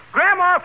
Grandma